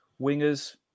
Wingers